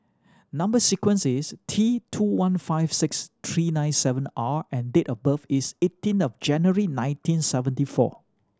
number sequence is T two one five six three nine seven R and date of birth is eighteen of January nineteen seventy four